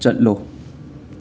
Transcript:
ꯆꯠꯂꯣ